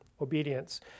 obedience